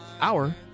Hour